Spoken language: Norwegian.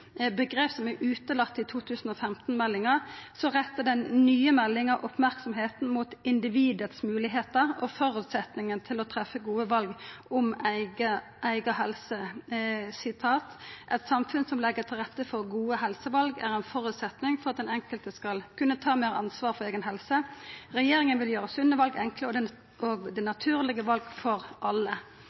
samfunn, omgrep som er utelatne i 2015-meldinga, rettar den nye meldinga merksemda mot individets moglegheiter og føresetnaden for å treffa gode val om eiga helse: «Et samfunn som legger bedre til rette for gode helsevalg er en forutsetning for at den enkelte skal kunne ta mer ansvar for egen helse. Regjeringen vil gjøre sunne valg enkle og det naturlige valg for alle.»